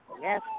Yes